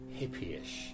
hippie-ish